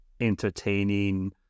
Entertaining